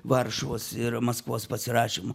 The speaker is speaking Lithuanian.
varšuvos ir maskvos pasirašymo